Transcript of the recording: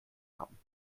haben